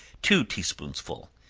two tea-spoonsful.